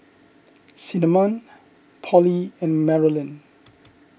Cinnamon Pollie and Marolyn